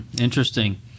Interesting